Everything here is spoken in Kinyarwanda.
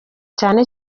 cyane